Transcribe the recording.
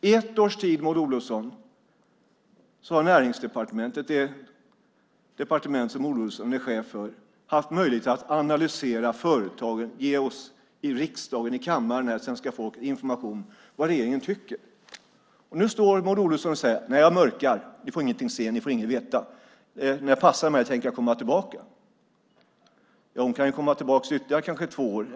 I ett års tid har Näringsdepartementet - det departement som Maud Olofsson är chef för - haft möjlighet att analysera företagen och ge oss i riksdagen och svenska folket information om vad regeringen tycker. Nu säger Maud Olofsson: Jag mörkar. Ni får ingenting se och ingenting veta. När det passar mig tänker jag komma tillbaka. Maud Olofsson kanske kan komma tillbaka i ytterligare två år.